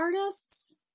artists